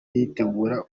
yitegura